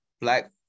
Black